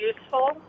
useful